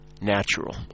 natural